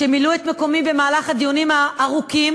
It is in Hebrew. שמילאו את מקומי במהלך הדיונים הארוכים.